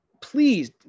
please